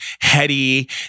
heady